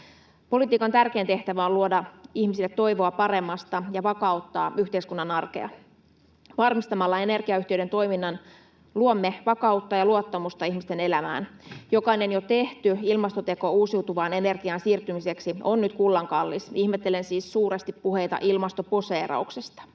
Politiikan tärkein tehtävä on luoda ihmisille toivoa paremmasta ja vakauttaa yhteiskunnan arkea. Varmistamalla energiayhtiöiden toiminnan luomme vakautta ja luottamusta ihmisten elämään. Jokainen jo tehty ilmastoteko uusiutuvaan energiaan siirtymiseksi on nyt kullan kallis. Ihmettelen siis suuresti puheita ilmastoposeerauksesta.